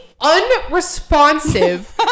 unresponsive